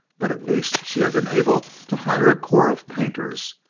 but at least she had been able to hire a corps of painters,